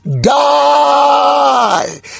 die